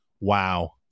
Wow